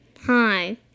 Hi